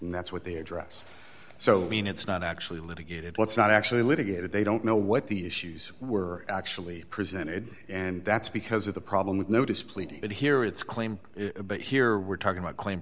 and that's what they address so i mean it's not actually litigated what's not actually litigated they don't know what the issues were actually presented and that's because of the problem with notice pleading but here it's claimed but here we're talking about claim